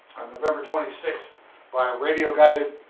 november twenty sixth by a radio-guided